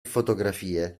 fotografie